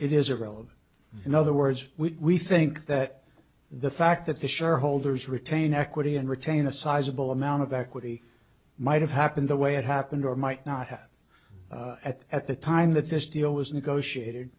available in other words we think that the fact that the shareholders retain equity and retain a sizable amount of equity might have happened the way it happened or might not have at the time that this deal was negotiated